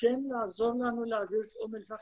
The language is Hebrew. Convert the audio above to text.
כן לעזור לנו להעביר את אום אל פחם